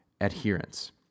adherence